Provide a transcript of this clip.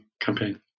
campaign